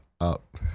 up